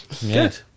Good